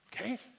Okay